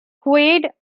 quaid